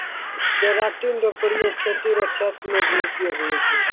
keratin रो प्रयोग खेती रो क्षेत्र मे भी उपयोग हुवै छै